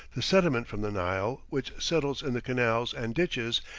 the sediment from the nile, which settles in the canals and ditches,